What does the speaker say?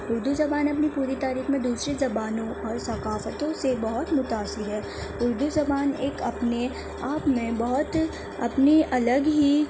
اردو زبان اپنی پوری تاریخ میں دوسری زبانوں اور ثقافتوں سے بہت متاثر ہے اردو زبان ایک اپنے آپ میں بہت اپنی الگ ہی